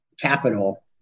capital